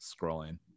scrolling